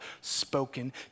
spoken